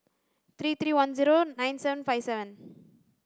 three three one zero nine seven five seven